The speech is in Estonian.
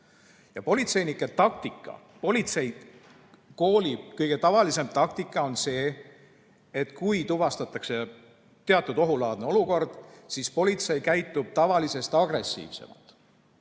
Politseinike taktika, politseikooli kõige tavalisem taktika on see, et kui tuvastatakse teatud ohulaadne olukord, siis politsei käitub tavalisest agressiivsemalt.